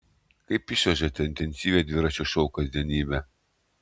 kaip išvežate intensyvią dviračio šou kasdienybę